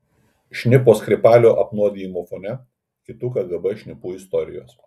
šnipo skripalio apnuodijimo fone kitų kgb šnipų istorijos